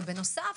ובנוסף